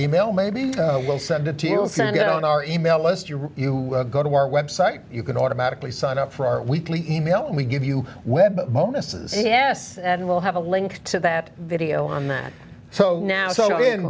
e mail maybe we'll send it to you and send it on our e mail list your you go to our website you can automatically sign up for our weekly email and we give you web bonuses yes and we'll have a link to that video on that so now